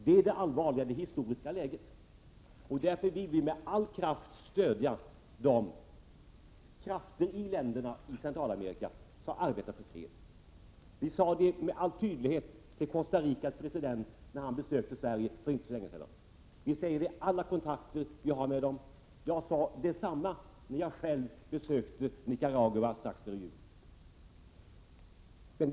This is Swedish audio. Det är det allvarliga i det historiska läget. Därför vill vi på allt sätt stödja de krafter i länderna i Centralamerika som arbetar för fred. Vi sade det med all tydlighet till Costa Ricas president när han besökte Sverige för inte så länge sedan. Vi säger det i alla kontakter vi har med dessa länder och jag sade detsamma när jag själv besökte Nicaragua strax före jul.